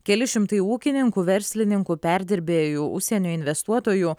keli šimtai ūkininkų verslininkų perdirbėjų užsienio investuotojų